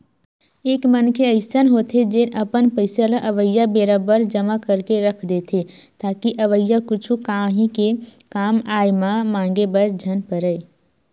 एक मनखे अइसन होथे जेन अपन पइसा ल अवइया बेरा बर जमा करके के रख देथे ताकि अवइया कुछु काही के कामआय म मांगे बर झन परय